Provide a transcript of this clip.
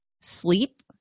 sleep